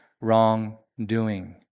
wrongdoing